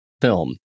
film